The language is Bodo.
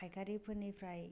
फायखारिफोरनिफ्राय